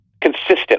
consistent